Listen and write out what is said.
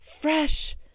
Fresh